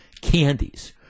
candies